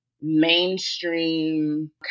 Mainstream